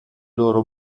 loro